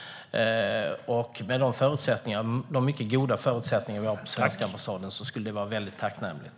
Med de mycket goda förutsättningar vi har på den svenska ambassaden skulle det vara väldigt tacknämligt.